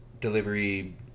delivery